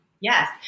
Yes